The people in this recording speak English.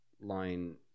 line